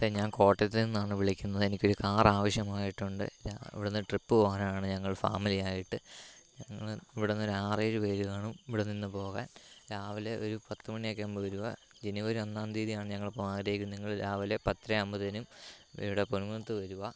അതേ ഞാൻ കോട്ടയത്ത് നിന്നാണ് വിളിക്കുന്നത് എനിക്കൊരു കാർ ആവശ്യമായിട്ടുണ്ട് ഡ ഇവിടുന്നൊരു ട്രിപ്പ് പോവാൻ വേണ്ടിയിട്ടാണ് ഫാമിലിയായിട്ട് ഞങ്ങൾ ഇവിടെനിന്നൊരു ആറേഴ് പേര് കാണും ഇവിടെ നിന്ന് പോകാൻ രാവിലെ ഒരു പത്തുമണിയൊക്കെ ആകുമ്പോൾ വരിക ജനുവരി ഒന്നാം തീയതിയാണ് ഞങ്ങൾ പോകാൻ കരുതിയിരിക്കുന്നത് നിങ്ങൾ രാവിലെ പത്തരയാകുമ്പോഴേത്തിനും ഇവിടെ പൊൻമുഖത്ത് വരിക